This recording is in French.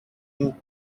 une